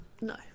No